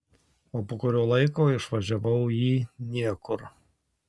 o po kurio laiko išvažiavau į niekur